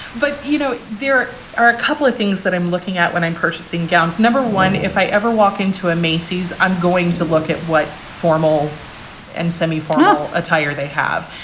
but, you know, there are a couple of things that i'm looking at when i'm purchasing gowns. number one, if i ever walk into a macy's, i'm going to look at what formal and semiformal attire they have,